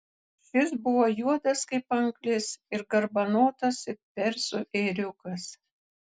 šis buvo juodas kaip anglis ir garbanotas it persų ėriukas